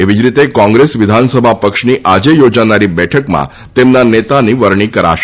એવી જ રીતે કોંગ્રેસ વિધાનસભા પક્ષની આજે યોજાનારી બેઠકમાં તેમના નેતાની વરણી કરાશે